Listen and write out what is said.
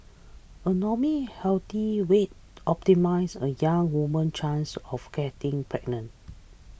a normal healthy weight optimises a young woman's chance of getting pregnant